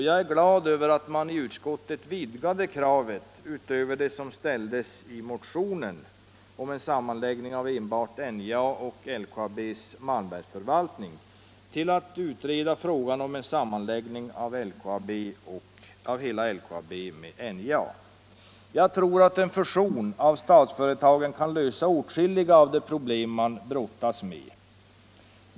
Jag är glad att utskottet nu har vidgat kravet utöver det som ställs i motionen av herr Häll om sammanläggning av enbart NJA och LKAB:s malmförvaltning till att omfatta frågan om sammanläggning av hela LKAB med NJA. Jag tror att en fusion av statsföretagen kan lösa åtskilliga av de problem man brottas med.